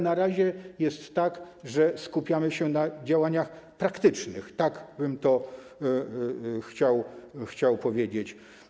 Na razie jest tak, że skupiamy się na działaniach praktycznych, tak bym to chciał powiedzieć.